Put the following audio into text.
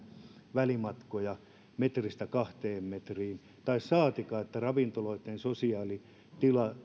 välimatkoja metristä kahteen metriin saatikka että ravintoloitten sosiaalitilat